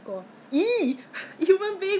ya that's why I like it I I really like this one